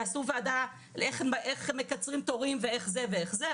יעשו ועדה איך מקצרים תורים ואיך זה ואיך זה,